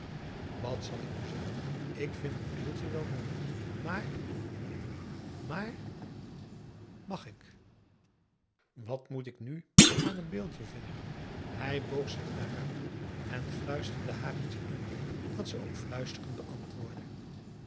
wat zal ik u zeggen ik vind een beeldje wel mooi maar maar mag ik wat moet ik nu aan n beeldje vinden hij boog zich naar haar toe en fluisterde haar iets in dat ze ook fluisterend beantwoordde